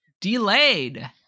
delayed